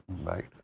right